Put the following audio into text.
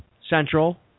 Central